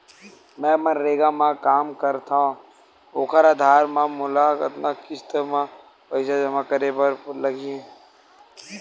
मैं मनरेगा म काम करथव, ओखर आधार म मोला कतना किस्त म पईसा जमा करे बर लगही?